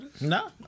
No